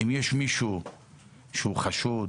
אם יש מישהו שהוא חשוד,